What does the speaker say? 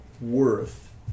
worth